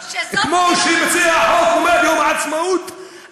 כמו שמציע החוק אומר: יום העצמאות,